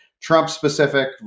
Trump-specific